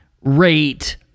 rate